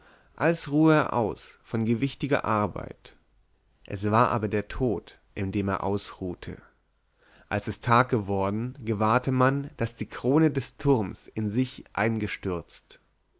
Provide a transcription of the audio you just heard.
als ruhe er aus von gewichtiger arbeit es war aber der tod in dem er ausruhte als es tag geworden gewahrte man daß die krone des turms in sich eingestürzt